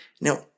Now